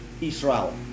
Israel